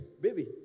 baby